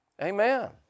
Amen